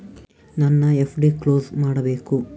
ನನ್ನ FD close ಮಾಡಬೇಕು